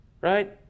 right